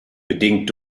bedingt